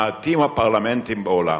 מעטים הפרלמנטים בעולם